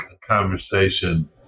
conversation